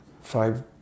five